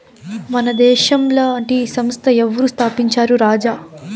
మన దేశంల టీ సంస్థ ఎవరు స్థాపించారు రాజా